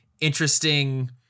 interesting